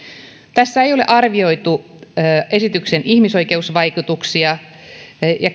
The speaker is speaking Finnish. tässä ei ole arvioitu esityksen ihmisoikeusvaikutuksia ja